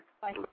Bye